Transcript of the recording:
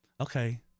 Okay